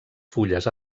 fulles